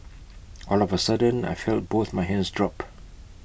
all of A sudden I felt both my hands drop